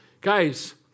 Guys